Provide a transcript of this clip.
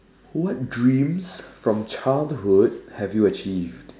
what dreams from childhood have you achieved